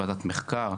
ועדת מחקר.